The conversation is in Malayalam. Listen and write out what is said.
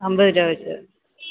അൻപത് രൂപ വെച്ച്